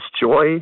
joy